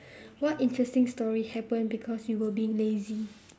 what interesting story happen because you were being lazy